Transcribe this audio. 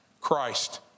Christ